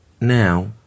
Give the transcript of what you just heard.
now